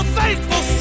faithful